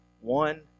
one